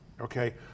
okay